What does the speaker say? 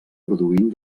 produint